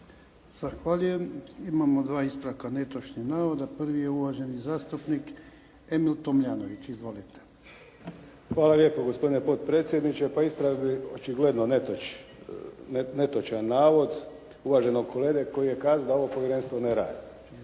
Zahvaljujem. Imamo dva ispravka netočnog navoda. Prvi je uvaženi zastupnik Emil Tomljanović. Izvolite. **Tomljanović, Emil (HDZ)** Hvala lijepo gospodine potpredsjedniče. Pa ispravio bih očigledno netočan navod uvaženog kolege koji je kazao da ovo povjerenstvo ne radi.